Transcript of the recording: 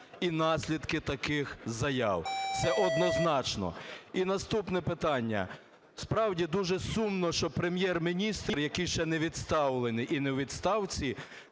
Дякую.